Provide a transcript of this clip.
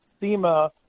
SEMA